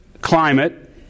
climate